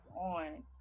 on